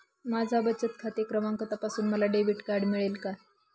माझा बचत खाते क्रमांक तपासून मला डेबिट कार्ड मिळेल का?